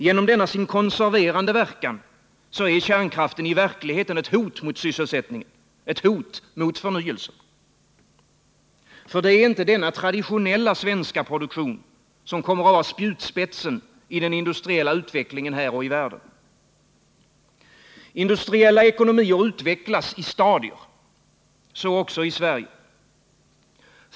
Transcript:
Genom denna sin konserverande verkan är kärnkraften i verkligheten ett hot mot sysselsättningen, ett hot mot förnyelsen. Det är inte denna traditionella svenska produktion som kommer att vara spjutspetsen i den industriella utvecklingen här och i världen i övrigt. Industriella ekonomier utvecklas i stadier. Så också i Sverige.